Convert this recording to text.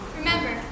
remember